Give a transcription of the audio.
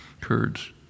Kurds